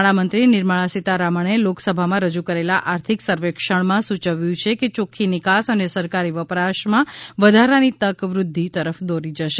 નાણામંત્રી નિર્મળા સીતારમણે લોકસભામાં રજુ કરેલા આર્થિક સર્વેક્ષણમાં સૂચવ્યું છે કે ચોખ્ખી નિકાસ અને સરકારી વપરાશમાં વધારાની તક વૃદ્ધિ તરફ દોરી જશે